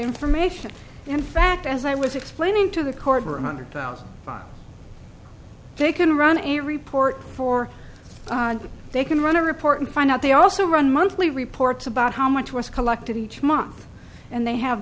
information in fact as i was explaining to the court for a hundred thousand they can run a report for they can run a report and find out they also run monthly reports about how much was collected each month and they have